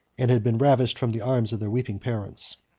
and had been ravished from the arms of their weeping parents.